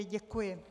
Děkuji.